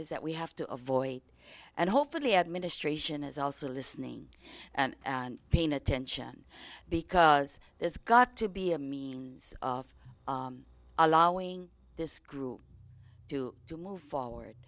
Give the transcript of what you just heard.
s that we have to avoid and hopefully administration is also listening and paying attention because there's got to be a means of allowing this group to to move